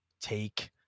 take